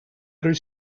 wyt